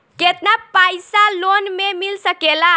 केतना पाइसा लोन में मिल सकेला?